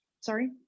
sorry